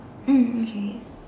mm okay